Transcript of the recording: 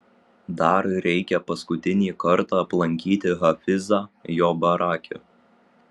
dar reikia paskutinį kartą aplankyti hafizą jo barake